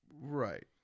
Right